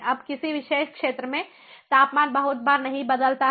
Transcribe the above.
अब किसी विशेष क्षेत्र में तापमान बहुत बार नहीं बदलता है